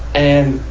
and,